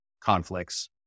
conflicts